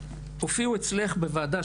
חברת הכנסת עאידה,